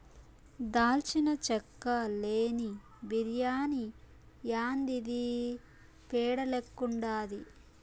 దాల్చిన చెక్క లేని బిర్యాని యాందిది పేడ లెక్కుండాది